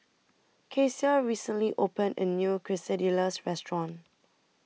Kecia recently opened A New Quesadillas Restaurant